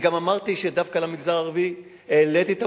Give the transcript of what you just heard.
אני גם אמרתי שדווקא למגזר הערבי העליתי את